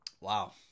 Wow